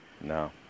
No